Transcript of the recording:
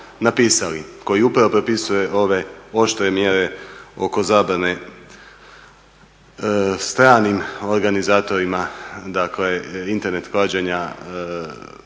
koji upravo propisuje ove oštre mjere oko zabrane stranim organizatorima dakle internet klađenja,